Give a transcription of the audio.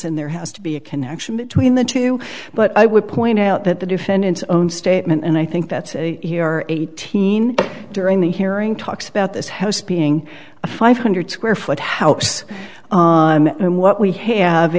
and there has to be a connection between the two but i would point out that the defendant's own statement and i think that here are eighteen during the hearing talks about this house being a five hundred square foot house and what we have